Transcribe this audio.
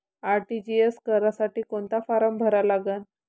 RTGS करासाठी कोंता form भरा लागन?